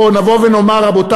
או נבוא ונאמר: רבותי,